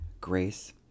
Grace